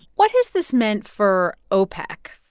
what has this meant for opec?